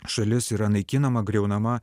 šalis yra naikinama griaunama